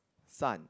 sun